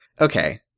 okay